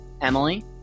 Emily